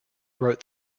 wrote